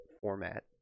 format